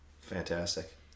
fantastic